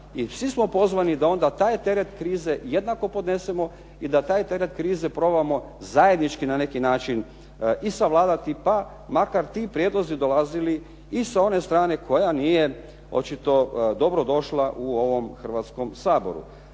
I svi smo pozvani da onda taj teret krize jednako podnesemo i da taj teret krize probamo zajednički na neki način i savladati pa makar ti prijedlozi dolazili i sa one strane koja nije očito dobrodošla u ovom Hrvatskom saboru.